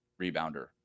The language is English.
rebounder